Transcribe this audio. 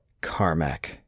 Carmack